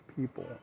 people